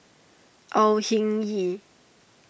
Au Hing Yee